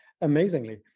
amazingly